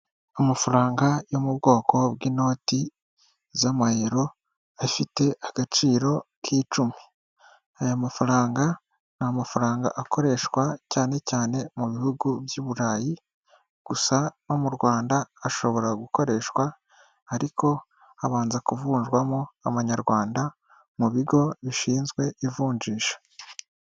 Amafaranga yo mu bwoko bw'inoti z'amayero afite agaciro k'icumi. Aya mafaranga ni amafaranga akoreshwa cyane cyane mu bihugu by'i Burayi, gusa no mu Rwanda ashobora gukoreshwa ariko abanza kuvunjwamo amanyarwanda, mu bigo bishinzwe ivunjisha.